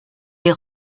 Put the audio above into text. les